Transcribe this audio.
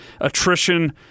Attrition